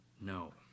no